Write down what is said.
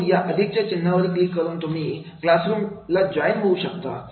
म्हणून या अधिकच्या चिन्हावर क्लिक करून तुम्ही क्लासला जॉईन होऊ शकता